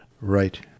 Right